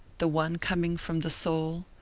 the one coming from the soul,